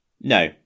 No